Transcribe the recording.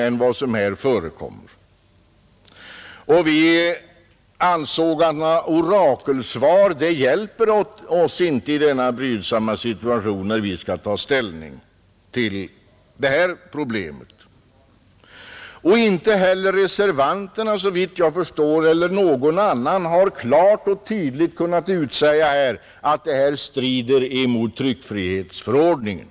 Vi ansåg att några orakelsvar inte hjälper oss i denna brydsamma situation, när vi skall ta ställning till det här problemet. Inte heller reservanterna eller någon annan har — såvitt jag förstår — klart och tydligt kunnat utsäga att den föreslagna skatten strider mot tryckfrihetsförordningen.